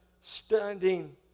standing